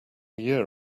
year